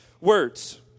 words